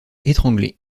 étranglée